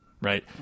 right